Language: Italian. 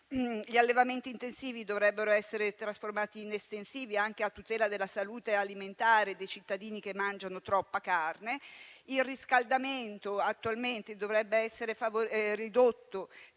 gli allevamenti intensivi dovrebbero essere trasformati in estensivi, anche a tutela della salute alimentare dei cittadini, che mangiano troppa carne; il riscaldamento attualmente dovrebbe essere ridotto,